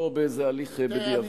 לא באיזה הליך בדיעבד.